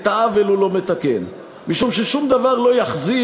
את העוול הוא לא מתקן משום ששום דבר לא יחזיר